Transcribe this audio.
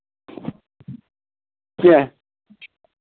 کیٚنہہ